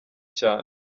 cyane